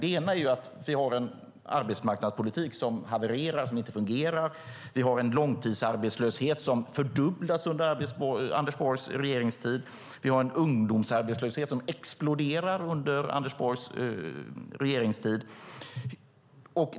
Det ena är att vi har en arbetsmarknadspolitik som havererar och som inte fungerar. Vi har en långtidsarbetslöshet som fördubblas under Anders Borgs regeringstid. Vi har en ungdomsarbetslöshet som exploderar under Anders Borgs regeringstid.